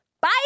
Bye